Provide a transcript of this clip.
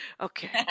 Okay